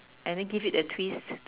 and give it a twist